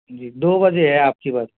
जी दो बजे है आपकी बस